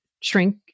Shrink